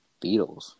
Beatles